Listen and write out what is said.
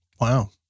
Wow